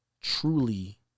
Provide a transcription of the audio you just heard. truly